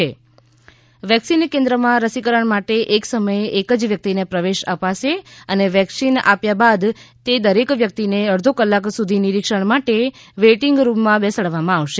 તેમણે જણાવ્યું હતું કે વેક્સિન કેન્દ્રમાં રસીકરણ માટે એક સમયે એક જ વ્યક્તિને પ્રવેશ આપશે અને વેક્સિન આપ્યા બાદ તે દરેક વ્યક્તિને અડધો કલાક સુધી નિરીક્ષણ માટે વેઇટિંગમાં બેસાડવામાં આવશે